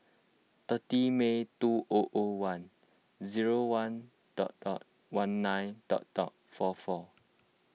thirty May two o o one zero one dot dot one nine dot dot four four